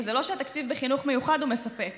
וזה לא שהתקציב בחינוך מיוחד הוא מספק